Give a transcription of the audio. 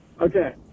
okay